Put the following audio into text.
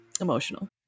emotional